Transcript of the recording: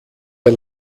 der